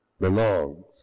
Belongs